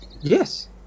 Yes